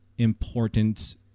important